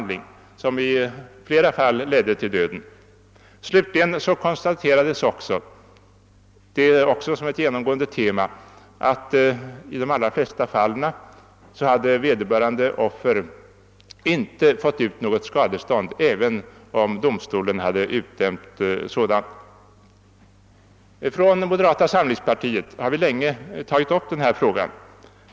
Den ledde i flera fall till döden. Slutligen konstaterades också som ett genomgående tema att i de allra flesta fall hade vederbörande offer inte fått ut något skadestånd, även om domstolen hade utdömt sådant. Från moderata samlingspartiet har vi sedan länge tagit upp denna fråga.